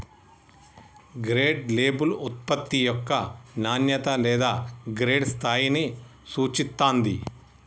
grade label ఉత్పత్తి యొక్క నాణ్యత లేదా గ్రేడ్ స్థాయిని సూచిత్తాంది